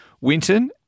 Winton